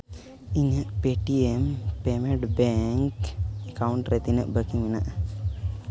ᱤᱧᱟᱹᱜ Paytm payment bank account ᱨᱮ ᱛᱤᱱᱟᱹᱜ ᱵᱟᱹᱠᱤ ᱢᱮᱱᱟᱜᱼᱟ